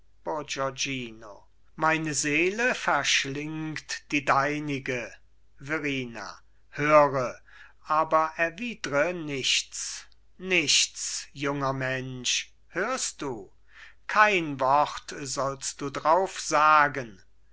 meine seele verschlingt die deinige verrina höre aber erwidre nichts nichts junger mensch hörst du kein wort sollst du drauf sagen